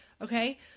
Okay